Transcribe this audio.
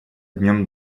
днём